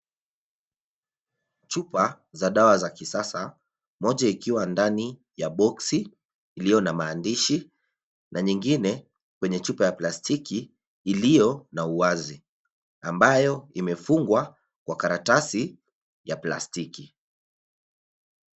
Chupa za dawa za kisasa moja ikiwa ndani ya box iliyo na maandishi na nyingine kwenye chupa ya plastiki iliyo na uwazi ambayo imefungwa kwa karatasi ya plastiki.